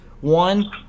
One